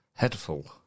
Headful